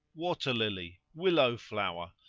waterlily, willow flower,